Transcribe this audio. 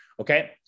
Okay